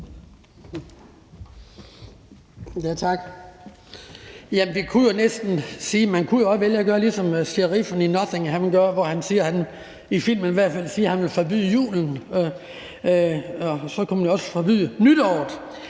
Man kunne jo også vælge at gøre, ligesom sheriffen af Nottingham gør i filmen, hvor han siger, at han vil forbyde julen; sådan kunne man jo også forbyde nytåret.